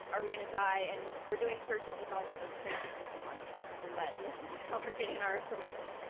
are we going to die? and we're doing searches with all of those crazy people on chatroulette, and this is how we're getting our information.